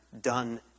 done